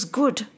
good